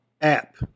app